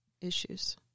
issues